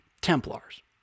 Templars